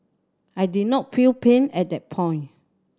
I did not feel pain at that point